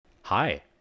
Hi